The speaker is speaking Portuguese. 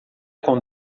com